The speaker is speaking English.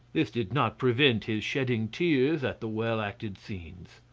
this did not prevent his shedding tears at the well-acted scenes.